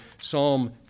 Psalm